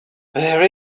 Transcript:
there